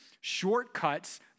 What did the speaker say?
Shortcuts